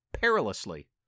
perilously